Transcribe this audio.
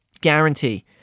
Guarantee